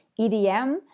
EDM